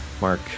Mark